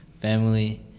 Family